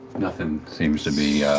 nothing seems to be,